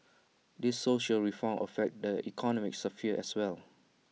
these social reforms affect the economic sphere as well